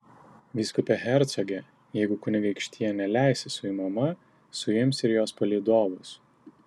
vyskupe hercoge jeigu kunigaikštienė leisis suimama suims ir jos palydovus